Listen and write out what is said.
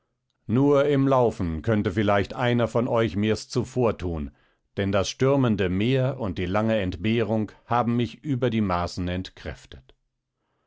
nur im laufen könnte vielleicht einer von euch mir's zuvorthun denn das stürmende meer und die lange entbehrung haben mich über die maßen entkräftet